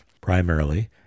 primarily